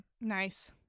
Nice